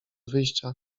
wyjścia